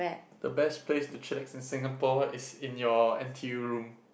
the best place to chillax in Singapore is in your n_t_u room